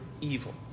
evil